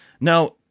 Now